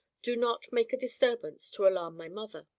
do not make a disturbance, to alarm my mother.